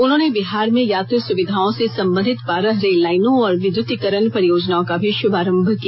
उन्होंने बिहार में यात्री सुविधाओं से संबंधित बारह रेल लाइनों और विद्युर्तीकरण परियोजनाओं का भी शुभारंभ किया